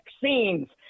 vaccines